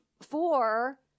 four